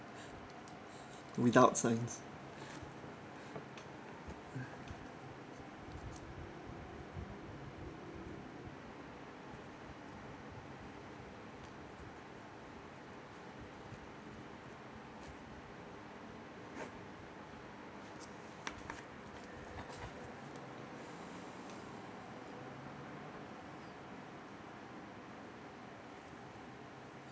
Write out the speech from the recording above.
without science